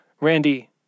Randy